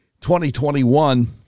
2021